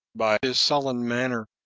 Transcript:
by his sullen manner,